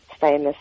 famous